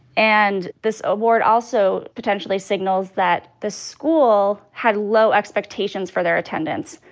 and this award also potentially signals that the school had low expectations for their attendance,